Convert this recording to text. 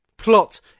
plot